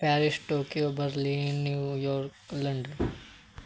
Paris Tokyo Berlin New York London